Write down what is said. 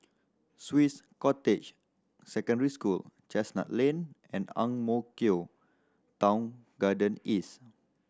Swiss Cottage Secondary School Chestnut Lane and Ang Mo Kio Town Garden East